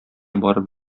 барып